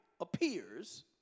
appears